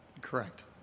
Correct